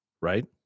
right